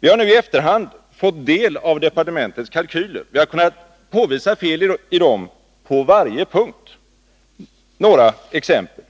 Vi har nu i efterhand fått del av departementets kalkyler. Vi har kunnat påvisa fel i dem på varje punkt. Jag vill ge några exempel.